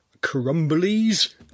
Crumbly's